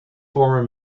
former